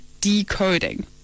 decoding